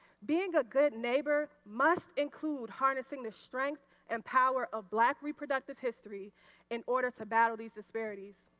being a good neighbor must include harnessing the strength and power of black reproductive history in order to battle these disparities.